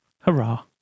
Hurrah